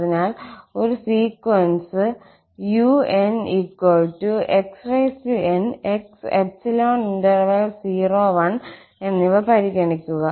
അതിനാൽ ഒരു sequence unxn 𝑥 ∈ 01 എന്നിവ പരിഗണിക്കുക